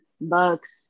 Bucks